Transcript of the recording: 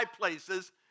places